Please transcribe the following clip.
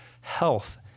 health